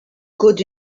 good